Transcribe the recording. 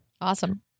Awesome